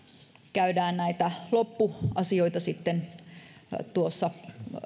käydään näitä loppuasioita sitten tuossa